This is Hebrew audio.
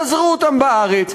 פזרו אותם בארץ,